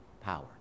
power